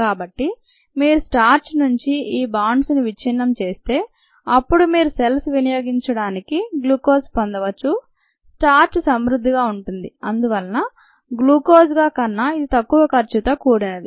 కాబట్టి మీరు స్టార్చ్ నుంచి ఈ బాండ్స్ను విచ్ఛిన్నం చేస్తే అప్పుడు మీరు సెల్స్ వినియోగించడానికి గ్లూకోజ్ పొందవచ్చు స్టార్చ్ సమృద్ధిగా ఉంటుంది అందువలన గ్లూకోజ్గా కన్నా ఇది తక్కువ ఖర్చుతో కూడినది